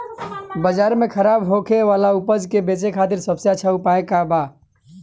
बाजार में खराब होखे वाला उपज के बेचे खातिर सबसे अच्छा उपाय का बा?